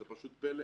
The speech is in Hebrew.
זה פשוט פלא.